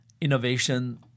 innovation